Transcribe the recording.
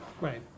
right